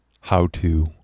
how-to